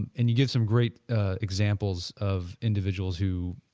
and you get some great ah examples of individuals who